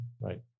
Right